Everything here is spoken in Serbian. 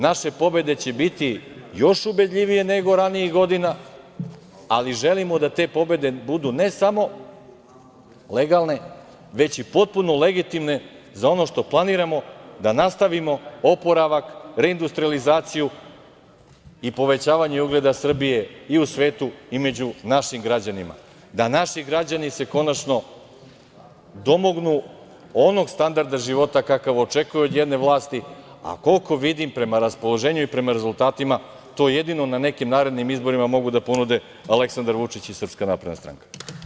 Naše pobede će biti još ubedljivije nego ranijih godina, ali želimo da te pobede budu ne samo legalne, već i potpuno legitimne za ono što planiramo da nastavimo oporavak, reindustrijalizaciju i povećavanje ugleda Srbije i u svetu i među našim građanima, da se naši građani konačno domognu onog standarda života kakav očekuju od jedne vlasti, a koliko vidim prema raspoloženju i prema rezultatima, to jedino na nekim narednim izborima mogu da ponude Aleksandar Vučić i SNS.